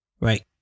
right